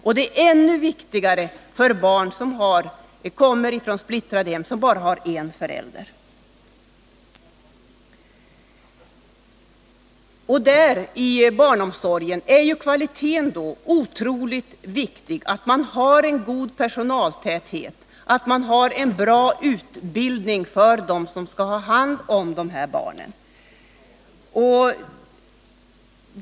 Särskilt viktig är den för barn som kommer från splittrade hem, som bara har en förälder. Men kvaliteten i barnomsorgen är otroligt viktig. Man måste ha en god personaltäthet och en bra utbildning för dem som skall ha hand om barnen.